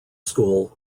school